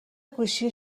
گوشی